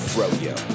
Froyo